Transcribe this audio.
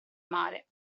mare